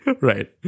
Right